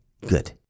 good